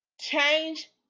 Change